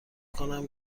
کنم